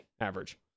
average